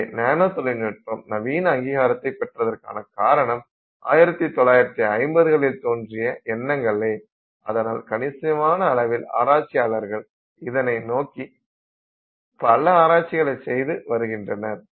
எனவே நானோ தொழில்நுட்பம் நவீன அங்கீகாரத்தை பெற்றதற்கான காரணம் 1950களில் தோன்றிய எண்ணங்களே அதனால் கணிசமான அளவில் ஆராய்ச்சியாளர்கள் இதனை நோக்கி பல ஆராய்ச்சிகளை செய்து வருகின்றனர்